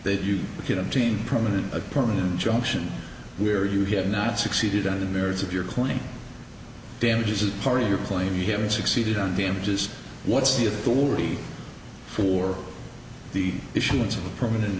that you could obtain permanent a permanent injunction where you have not succeeded on the merits of your claim damages as part of your claim you haven't succeeded on damages what's the authority for the issuance of a permanent